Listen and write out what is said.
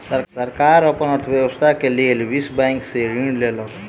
सरकार अपन अर्थव्यवस्था के लेल विश्व बैंक से ऋण लेलक